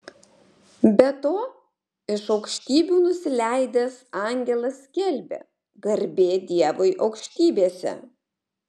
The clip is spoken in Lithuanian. be to iš aukštybių nusileidęs angelas skelbia garbė dievui aukštybėse